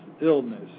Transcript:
illness